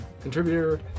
contributor